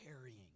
carrying